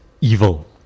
evil